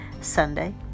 Sunday